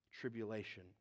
tribulation